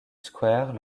square